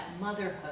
motherhood